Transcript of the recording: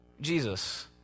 Jesus